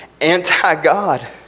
anti-God